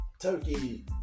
Turkey